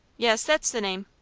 yes, that's the name.